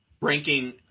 ranking